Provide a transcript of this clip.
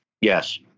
Yes